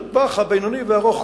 לטווח הבינוני והארוך,